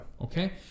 okay